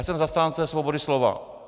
Jsem zastánce svobody slova.